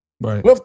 Right